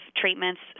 treatments